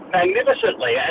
magnificently